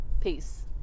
Peace